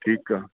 ठीकु आहे